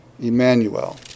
Emmanuel